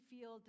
feel